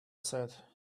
said